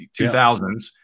2000s